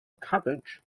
cabbage